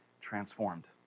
transformed